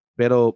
pero